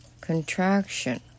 contraction